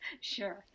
Sure